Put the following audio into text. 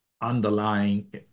underlying